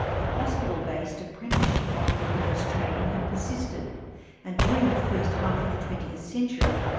the hospital-based, apprenticeship model of nurse training had persisted and during the first half of the twentieth century,